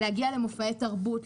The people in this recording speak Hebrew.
להגיע למופעי תרבות,